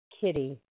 Kitty